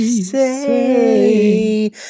Say